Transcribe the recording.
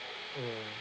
mm